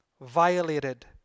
violated